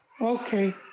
Okay